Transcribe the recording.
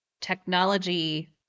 technology